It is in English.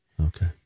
Okay